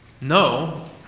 No